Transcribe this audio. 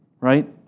right